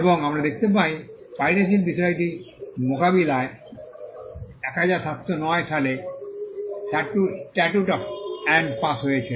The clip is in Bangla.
এবং আমরা দেখতে পাই পাইরেসির বিষয়টি মোকাবেলায় 1709 সালে স্ট্যাটুট অফ অ্যান পাস হয়েছিল